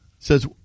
Says